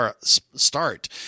start